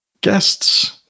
guests